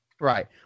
Right